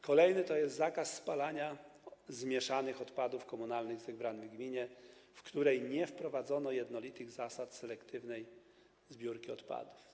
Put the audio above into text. Kolejna propozycja to zakaz spalania zmieszanych odpadów komunalnych zebranych w gminie, w której nie wprowadzono jednolitych zasad selektywnej zbiórki odpadów.